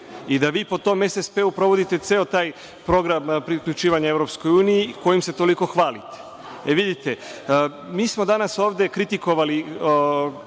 i da vi po tom SSP provodite ceo taj program priključivanja EU, kojim se toliko hvalite. Vidite, mi smo danas ovde kritikovali,